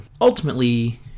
ultimately